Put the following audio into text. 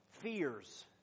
fears